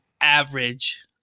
average